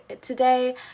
Today